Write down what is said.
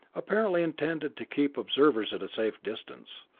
apparently intended to keep observers at a safe distance,